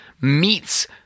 meets